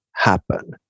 Happen